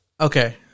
Okay